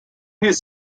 his